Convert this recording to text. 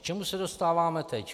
K čemu se dostáváme teď?